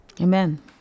Amen